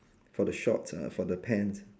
for the shorts uh for the pants